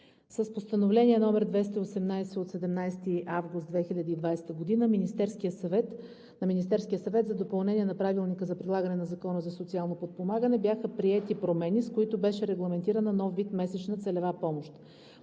с Постановление № 218 от 17 август 2020 г. на Министерския съвет за допълнение на Правилника за прилагане на Закона за социално подпомагане бяха приети промени, с които беше регламентирана нов вид месечна целева помощ.